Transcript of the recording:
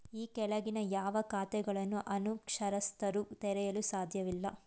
ಈ ಕೆಳಗಿನ ಯಾವ ಖಾತೆಗಳನ್ನು ಅನಕ್ಷರಸ್ಥರು ತೆರೆಯಲು ಸಾಧ್ಯವಿಲ್ಲ?